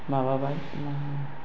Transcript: माबाबाय मा होनो